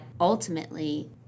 ultimately